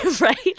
Right